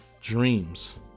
dreams